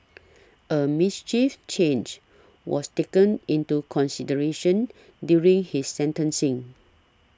a mischief change was taken into consideration during his sentencing